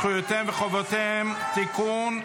זכויותיהם וחובותיהם (תיקון,